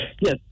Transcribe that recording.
Yes